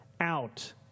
out